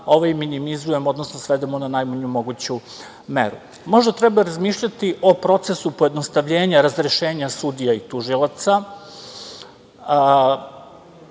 ovim minimizujemo, odnosno svedemo na najmanju moguću meru. Možda treba razmišljati o procesu pojednostavljenja razrešenja sudija i tužilaca.